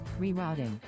rerouting